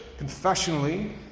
confessionally